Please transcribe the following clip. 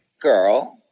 Girl